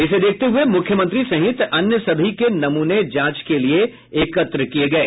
इसे देखते हुये मुख्यमंत्री सहित अन्य सभी के नमूने जांच के लिये एकत्र किये गये